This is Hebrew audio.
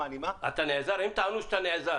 הם טענו שאתה נעזר.